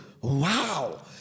Wow